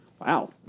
Wow